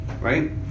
right